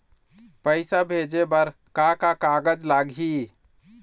पैसा भेजे बर का का कागज लगही?